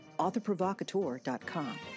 authorprovocateur.com